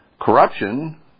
corruption